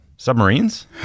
Submarines